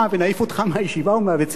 ונעיף אותך מהישיבה או מבית-הספר,